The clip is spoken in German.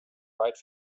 weit